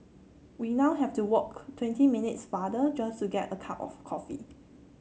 we now have to walk twenty minutes farther just to get a cup of coffee